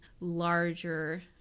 larger